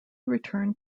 returned